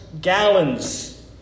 gallons